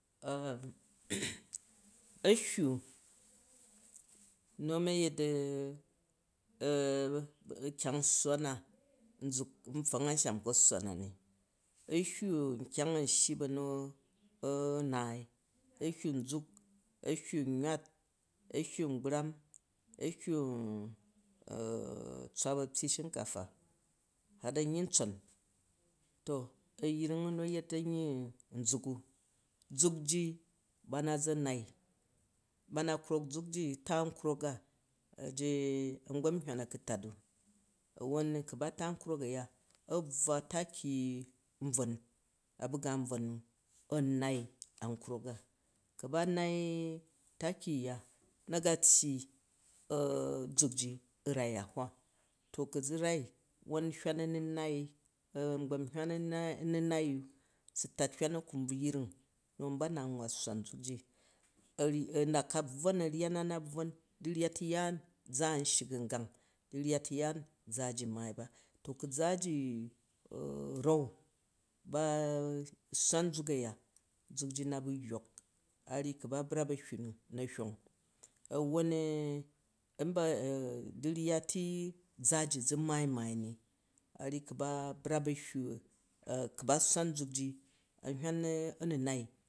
anwe, nu ani ayet uyang swwa na n cat nʒuk n pfwong ansham kpa swwa na u nhwa nkyang an shyi ba nu anaai ahwe nzule, anhdu, nywat, ahwu ngbram, ahwu tswa bapyyi shinkafa hat anyyi ntson to ayung u nu ayet anyyi nʒuk u, zuk ji ba na za nai ba na krok ʒufji ta nkrok uje nʒam, nhyvan akutat n, aron ku ba te nkrok bya, a bvw taki nbvon a buga nbron nu a nnai an krok a, ku ba nai taki uya na ga tyyi zuk ji u rau ahwa, to ku zurai won hywan anunai angbam nhgran amunai u su tat hywan akombuyring nu ami ba na nwwa suraad ʒulz ji, a nu, a naka bvwon, ayya na ana bvwon, duryya tuyaan ʒa nshyi gungong, duryya tuyaan za ji u naai ba, ku za ji a. rau ba swaan zuk aya zule ji na bu yyok, a ryyi ku ba brap ahwu nu na twong awwan u amba, dwuyya ti za ji zu nnaai-u naal ni aryyi kubrap ahyuh la ba swaan zurji